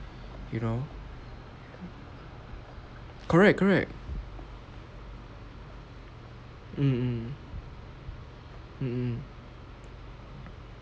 you know correct correct um um um um